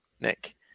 Nick